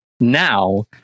Now